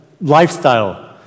lifestyle